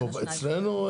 איפה, אצלנו?